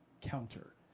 counter